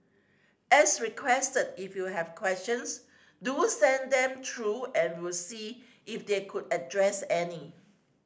as requested if you have questions do send them through and we'll see if they could address any